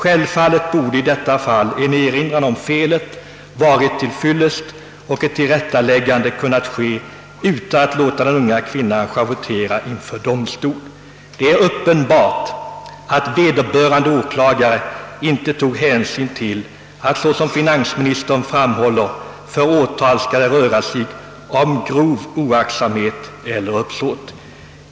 Givetvis borde i detta fall en erinran om felet ha varit till fyllest, varigenom ett tillrättaläggande kunnat ske utan att den unga kvinnan behövt schavottera inför domsol. Det är uppenbart att vederbörande åklagare inte tog hänsyn till att det, som finansministern framhåller, för åtal skall röra sig om grov oaktsamhet eller uppsåt.